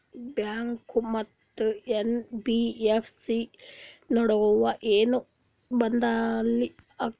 Bank ಮತ್ತ NBFC ನಡುವ ಏನ ಬದಲಿ ಆತವ?